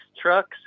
trucks